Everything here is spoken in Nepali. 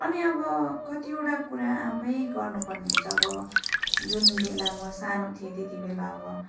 अनि अब कतिवटा कुरा आफै गर्नुपर्ने हुन्छ अब जुनबेला म सानो थिएँ त्यतिबेला अब